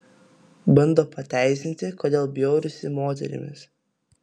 bando pateisinti kodėl bjaurisi moterimis